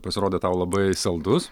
pasirodė tau labai saldus